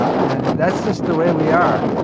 and that's just the way we are.